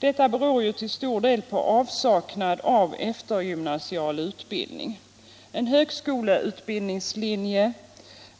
Detta beror till stor del på avsaknaden av eftergymnasial utbildning. En högskoleutbildningslinje